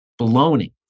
baloney